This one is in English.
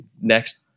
next